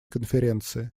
конференции